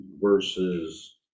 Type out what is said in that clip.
versus